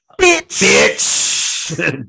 Bitch